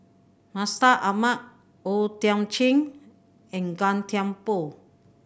Mustaq Ahmad O Thiam Chin and Gan Thiam Poh